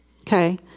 Okay